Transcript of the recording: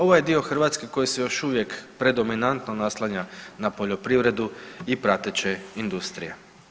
Ovo je dio Hrvatske koji se još uvijek predominantno naslanja na poljoprivredu i prateće industrije.